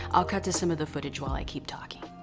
i'll cut to some of the footage while i keep talking.